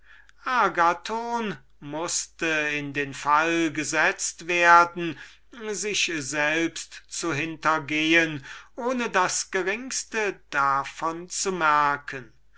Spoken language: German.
mußte in den fall gesetzt werden sich selbst zu hintergehen ohne es gewahr zu werden